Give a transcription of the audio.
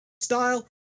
style